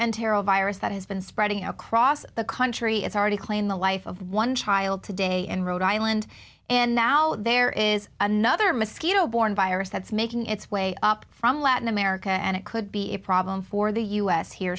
antero virus that has been spreading across the country it's already claimed the life of one child today in rhode island and now there is another mosquito borne virus that's making its way up from latin america and it could be a problem for the u s here